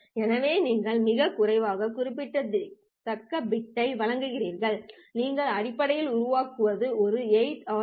எனவே நீங்கள் மிகக் குறைவான குறிப்பிடத்தக்க பிட்டை வழங்குகிறீர்கள் நீங்கள் அடிப்படையில் உருவாக்குவது ஒரு 8 ஆரி பி